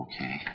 Okay